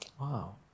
wow